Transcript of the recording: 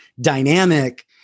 dynamic